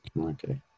okay